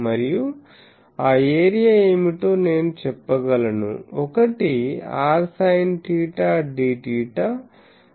మరియు ఆ ఏరియా ఏమిటో నేను చెప్పగలను ఒకటి r sinθ dθ మరొకటి r dφ